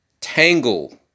tangle